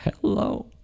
hello